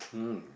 mm